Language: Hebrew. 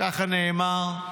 ככה נאמר.